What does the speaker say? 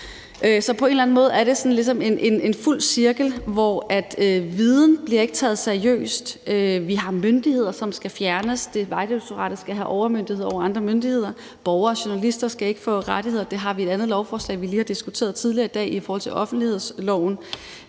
Så på en eller anden måde er det sådan ligesom en fuld cirkel, hvor viden ikke bliver taget seriøst. Vi har myndigheder, som skal fjernes, for Vejdirektoratet skal have overmyndighed over andre myndigheder. Borgere og journalister skal ikke have rettigheder, og det har vi et andet lovforslag, vi lige har diskuteret tidligere i dag, om, nemlig om offentlighedsloven.